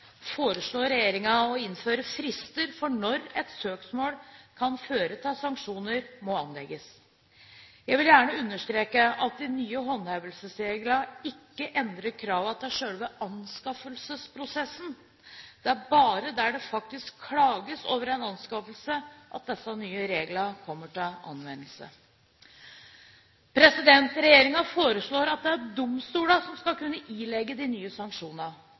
foreslår regjeringen å innføre frister for når et søksmål som kan føre til sanksjoner, må anlegges. Jeg vil gjerne understreke at de nye håndhevelsesreglene ikke endrer kravene til selve anskaffelsesprosessen. Det er bare der det faktisk klages over en anskaffelse, at disse nye reglene kommer til anvendelse. Regjeringen foreslår at det er domstolene som skal kunne ilegge de nye